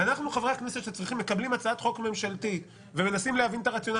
ואנחנו חברי הכנסת מקבלים הצעת חוק ממשלתית ומנסים להבין את הרציונל,